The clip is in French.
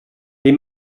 les